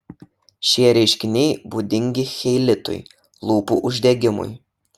šie reiškiniai būdingi cheilitui lūpų uždegimui